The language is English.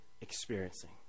experiencing